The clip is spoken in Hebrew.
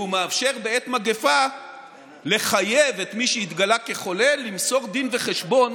והוא מאפשר בעת מגפה לחייב את מי שהתגלה כחולה למסור דין וחשבון